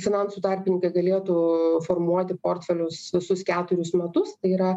finansų tarpininkai galėtų formuoti portfelius visus keturis metus tai yra